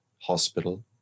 hospital